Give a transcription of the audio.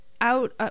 out –